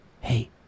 Hey